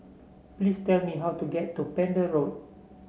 please tell me how to get to Pender Road